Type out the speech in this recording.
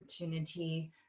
opportunity